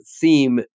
theme